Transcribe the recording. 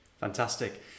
Fantastic